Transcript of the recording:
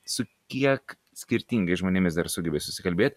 su kiek skirtingais žmonėmis dar sugebi susikalbėt